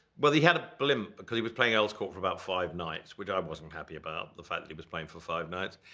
well he had a blimp because he was playing earls court for about five nights, which i wasn't happy about, the fact that he was playing for five nights.